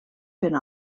fent